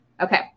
Okay